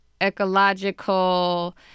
ecological